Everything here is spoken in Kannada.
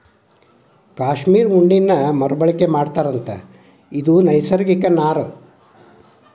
ಕಾಶ್ಮೇರ ಉಣ್ಣೇನ ಮರು ಬಳಕೆ ಮಾಡತಾರಂತ ಇದು ನೈಸರ್ಗಿಕ ನಾರು